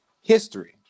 History